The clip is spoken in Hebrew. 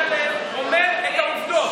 לא הוטל עליך על ידי הציבור,